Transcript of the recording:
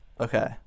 Okay